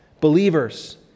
believers